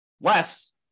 less